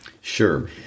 Sure